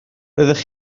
roeddech